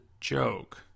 joke